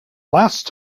last